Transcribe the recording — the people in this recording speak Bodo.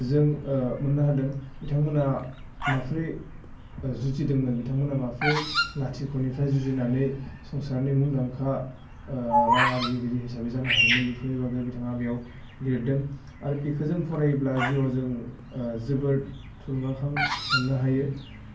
जों मोन्नो हादों बिथांमोना माफ्रोय जुजिदोंमोन बिथांमोना माबोरै लाथिख'निफ्रय जुजिनानै संसारनि मुदांखा रां आरजिगिरि हिसाबै जानो हादोंमोन बेफोरनि बागै बिथाङा बेयाव लिरदों आरो बेखो जों फरायोब्ला जिवाव जों जोबोर थुलुगाखां मोन्नो हायो